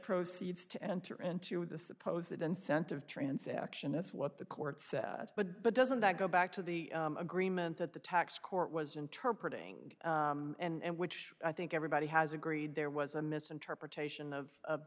proceeds to enter into the supposed incentive transaction it's what the court said but but doesn't that go back to the agreement that the tax court was interpretating and which i think everybody has agreed there was a misinterpretation of